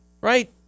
right